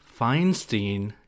Feinstein